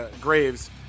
Graves